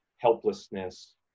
helplessness